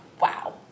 wow